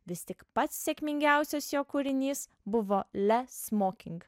vis tik pats sėkmingiausias jo kūrinys buvo le smoking